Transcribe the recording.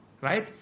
Right